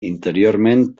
interiorment